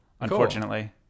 unfortunately